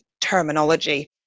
terminology